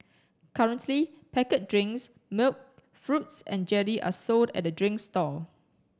currently packet drinks milk fruits and jelly are sold at the drinks stall